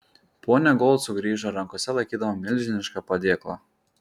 ponia gold sugrįžo rankose laikydama milžinišką padėklą